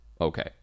okay